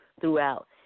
throughout